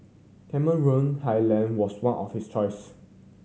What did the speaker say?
Cameron Highland was one of his choice